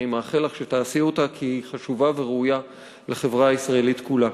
אני מאחל לך שתעשי אותה כי היא חשובה וראויה לחברה הישראלית כולה.